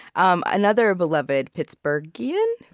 um another beloved pittsburghian?